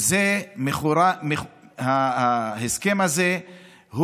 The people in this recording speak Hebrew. ההסכם הזה,